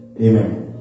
Amen